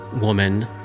woman